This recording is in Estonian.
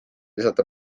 lisada